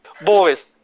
Boys